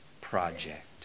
project